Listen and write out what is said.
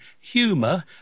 humour